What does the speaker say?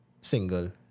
single